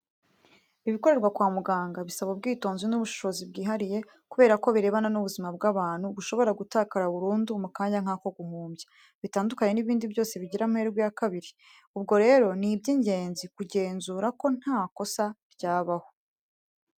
Ibikorerwa kwa muganga bisaba ubwitonzi n'ubushishozi bwihariye, kubera ko birebana n'ubuzima bw'abantu bushobora gutakara burundu mu kanya nk'ako guhumbya, bitandukanye n'ibindi byose bigira amahirwe ya kabiri, ubwo rero ni iby'ingenzi kugenzura ko nta kosa ryabaho.